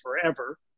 forever